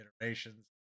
iterations